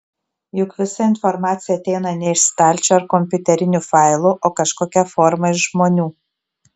juk visa informacija ateina ne iš stalčių ar kompiuterinių failų o kažkokia forma iš žmonių